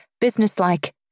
businesslike